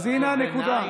אז הינה הנקודה.